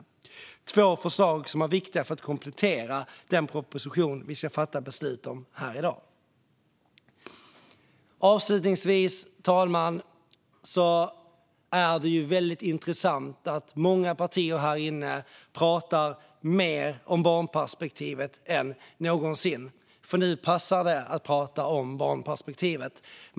Det är två förslag som är viktiga för att komplettera den proposition som vi ska fatta beslut om här i dag. Avslutningsvis, fru talman, är det väldigt intressant att många partier här inne pratar mer om barnperspektivet än någonsin - för nu passar det att prata om barnperspektivet.